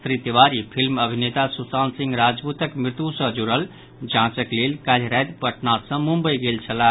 Shri Tiwari film अभिनेता सुशांत सिंह राजपूतक मृत्यु सऽ जुड़ल जांचक लेल काल्हि राति पटना सँ मुंबई गेल छलाह